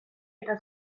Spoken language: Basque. eta